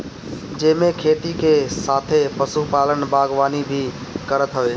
जेमे खेती के साथे पशुपालन, बागवानी भी करत हवे